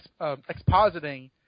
expositing